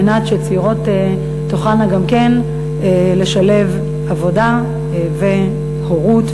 כדי שצעירות תוכלנה גם כן לשלב עבודה והורות,